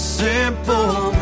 simple